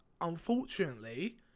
unfortunately